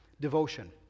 devotion